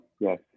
Yes